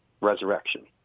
resurrection